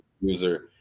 user